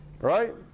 right